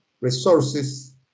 resources